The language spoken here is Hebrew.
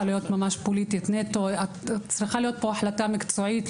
להיות פוליטית אלא צריכה להתקבל כהחלטה מקצועית.